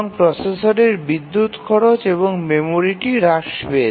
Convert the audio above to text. প্রসেসরের বিদ্যুৎ খরচ এবং মেমরির ব্যবহার হ্রাস পেয়েছে